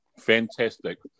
fantastic